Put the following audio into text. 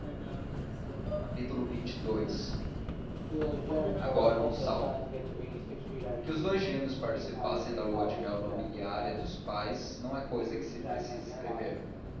xxii agora um salto que os dous gêmeos participassem da lua de mel nobiliária dos pais não é cousa que se precise escrever